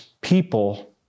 people